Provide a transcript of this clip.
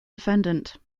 defendant